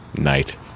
night